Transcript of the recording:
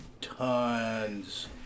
tons